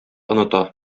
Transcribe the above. оныта